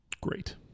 Great